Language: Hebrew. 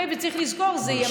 זה מדהים.